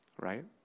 right